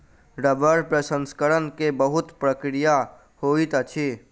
रबड़ प्रसंस्करण के बहुत प्रक्रिया होइत अछि